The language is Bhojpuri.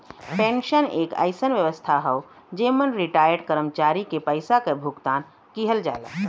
पेंशन एक अइसन व्यवस्था हौ जेमन रिटार्यड कर्मचारी के पइसा क भुगतान किहल जाला